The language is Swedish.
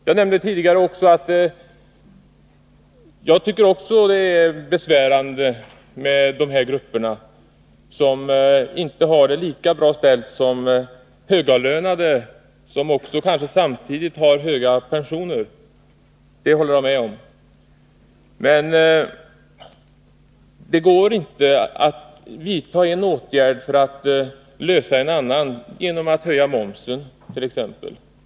Jag nämnde tidigare att jag också tycker att det är besvärande när det gäller de här grupperna som inte har det lika bra ställt som högavlönade, vilka kanske samtidigt även har höga pensioner. Det håller jag alltså med om. Men det går inte att lösa det problemet genom att höja momsen.